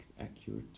accurate